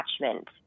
attachment